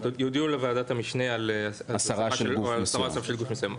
יודיעו לוועדת המשנה על הוספה או הסרה של גוף מסוים.